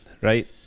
Right